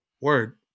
word